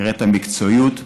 הראית מקצועיות.